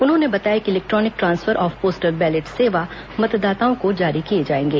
उन्होंने बताया कि electronic transfer of postal ballot सेवा मतदाताओं को जारी किए जाएंगे